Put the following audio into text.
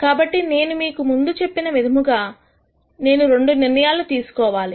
కాబట్టి నేను మీకు చెప్పిన విధముగా నేను రెండు నిర్ణయాలను తీసుకోవాలి